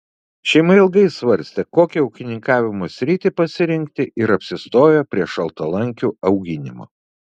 šeima ilgai svarstė kokią ūkininkavimo sritį pasirinkti ir apsistojo prie šaltalankių auginimo